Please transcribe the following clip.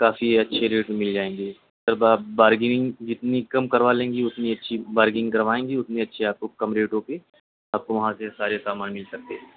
کافی اچھے ریٹ میں مل جائیں گے سر بارگننگ جتنی کم کروا لیں گی اتنی اچھی بارگنگ کروائیں گی اتنی اچھی آپ کو کم ریٹوں کی آپ کو وہاں سے سارے سامان مل سکتے ہیں